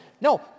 No